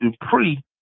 Dupree